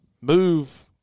Move